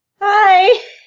Hi